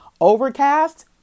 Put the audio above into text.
Overcast